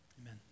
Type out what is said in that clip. Amen